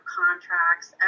contracts